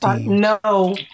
no